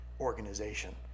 organization